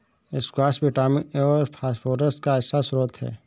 squash vitamin A और phosphorus का अच्छा श्रोत है